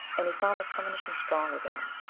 and he found the premonition strong within him.